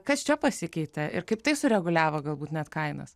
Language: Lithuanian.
kas čia pasikeitė ir kaip tai sureguliavo galbūt net kainas